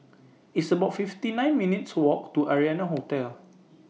It's about fifty nine minutes' Walk to Arianna Hotel